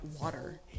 water